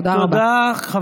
תודה רבה.